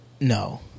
no